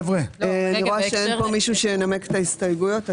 אני רואה שאין פה מישהו שינמק את ההסתייגויות.